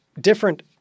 different